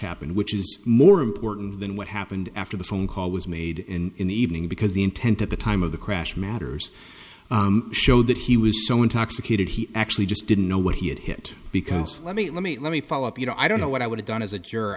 happened which is more important than what happened after the phone call was made in the evening because the intent at the time of the crash matters show that he was so intoxicated he actually just didn't know what he had hit because let me let me let me follow up you know i don't know what i would have done as a juror